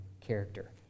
character